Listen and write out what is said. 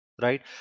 right